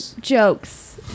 jokes